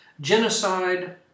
Genocide